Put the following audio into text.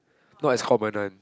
not as common one